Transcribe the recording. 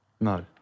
No